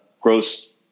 gross